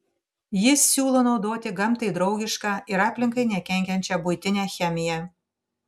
jis siūlo naudoti gamtai draugišką ir aplinkai nekenkiančią buitinę chemiją